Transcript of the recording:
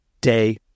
day